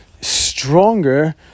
stronger